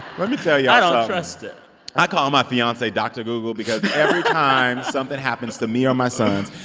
let me tell y'all something i don't trust it i call my fiance doctor google because. every time something happens to me or my sons,